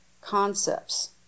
concepts